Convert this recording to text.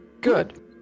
good